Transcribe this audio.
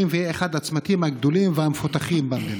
והוא יהיה אחד הצמתים הגדולים והמפותחים במדינה.